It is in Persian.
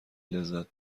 لذت